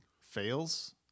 fails